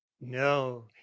no